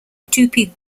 tupi